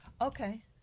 okay